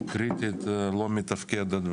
קריטית לא מתפקדת.